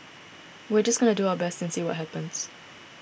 we are just going to do our best and see what happens